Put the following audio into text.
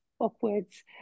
upwards